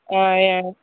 ஏ